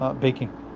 Baking